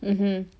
mmhmm